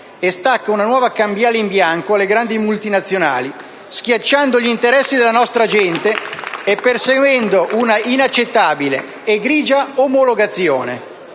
e stacca una nuova cambiale in bianco alle grandi multinazionali, schiacciando gli interessi della nostra gente e perseguendo una inaccettabile e grigia omologazione.